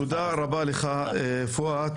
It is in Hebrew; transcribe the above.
תודה רבה לך, פואד.